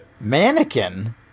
Mannequin